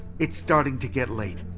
it's starting to get late.